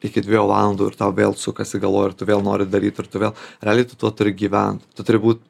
iki dviejų valandų ir tau vėl sukasi galvoje ar tu vėl nori daryti ir todėl realiai tuo gyventi turi būti